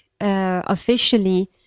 officially